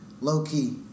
Low-Key